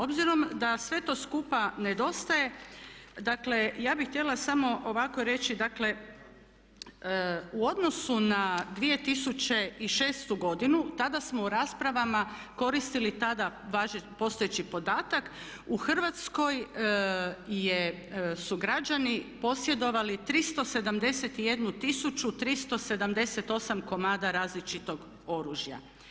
Obzirom da sve to skupa nedostaje, dakle ja bih htjela samo ovako reći, dakle, u odnosu na 2006.godinu tada smo u raspravama koristili tada postojeći podatak u Hrvatskoj je su građani posjedovali 371 tisuću 378 komada različitog oružja.